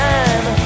time